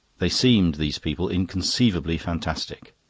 they seemed, these people, inconceivably fantastic.